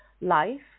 life